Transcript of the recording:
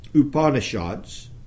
Upanishads